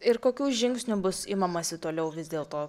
ir kokių žingsnių bus imamasi toliau vis dėlto